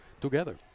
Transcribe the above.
together